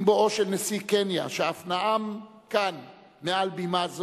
עם בואו של נשיא קניה, שאף נאם כאן מעל בימה זו,